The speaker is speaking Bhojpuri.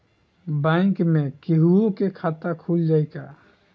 बैंक में केहूओ के खाता खुल जाई का?